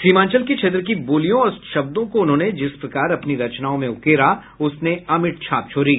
सीमांचल के क्षेत्र की बोलियों और शब्दों को उन्होंने जिस प्रकार अपनी रचनाओं में उकेरा उसने अमिट छाप छोड़ी